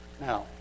now